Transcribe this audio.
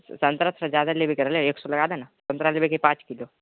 सन्तरा थोरा जादा लेवेके रहलै एक सए लगा दे ने सन्तरा लेवेके हँ पाँच किलो